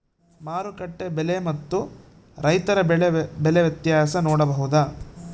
ಮಾರುಕಟ್ಟೆ ಬೆಲೆ ಮತ್ತು ರೈತರ ಬೆಳೆ ಬೆಲೆ ವ್ಯತ್ಯಾಸ ನೋಡಬಹುದಾ?